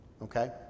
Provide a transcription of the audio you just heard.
Okay